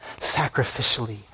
sacrificially